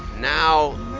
now